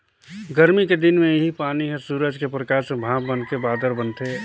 गरमी के दिन मे इहीं पानी हर सूरज के परकास में भाप बनके बादर बनथे